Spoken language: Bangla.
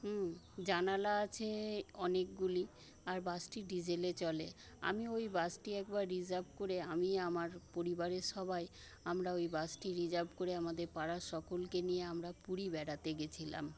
হুম জানালা আছে অনেকগুলি আর বাসটি ডিজেলে চলে আমি ওই বাসটি একবার রিজার্ভ করে আমি আমার পরিবারের সবাই আমরা ওই বাসটি রিজার্ভ করে আমাদের পাড়ার সকলকে নিয়ে আমরা পুরী বেড়াতে গেছিলাম